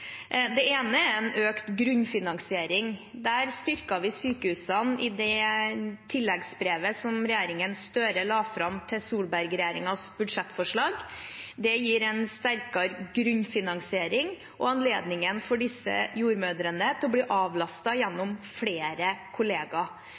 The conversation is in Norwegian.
Det ene er en økt grunnfinansiering. Der styrket vi sykehusene i det tilleggsbrevet som regjeringen Støre la fram til Solberg-regjeringens budsjettforslag. Det gir en sterkere grunnfinansiering og en anledning for disse jordmødrene til å bli